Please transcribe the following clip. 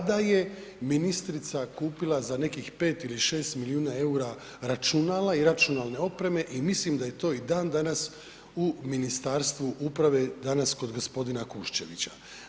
Tada je ministrica kupila za nekih 5 ili 6 milijuna EUR-a računala i računalne opreme i mislim da je to i dan danas u Ministarstvu uprave, danas kod g. Kuščevića.